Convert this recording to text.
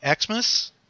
Xmas